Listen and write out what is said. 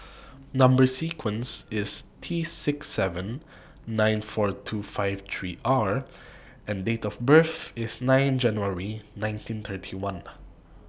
Number sequence IS T six seven nine four two five three R and Date of birth IS nine January nineteen thirty one